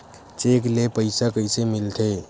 Cheque ले पईसा कइसे मिलथे?